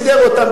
סידר אותם,